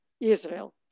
Israel